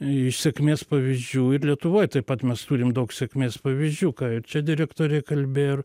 iš sėkmės pavyzdžių ir lietuvoj taip pat mes turim daug sėkmės pavyzdžių ką ir čia direktoriai kalbėjo ir